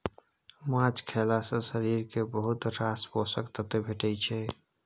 माछ खएला सँ शरीर केँ बहुत रास पोषक तत्व भेटै छै